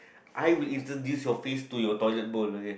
I would introduce your face to your toilet bowl okay